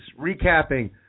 recapping